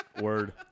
Word